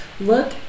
Look